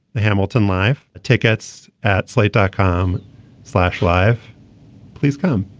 the hamilton life tickets at slate dot com slash life please come.